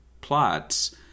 plots